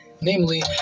Namely